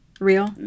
real